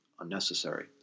Unnecessary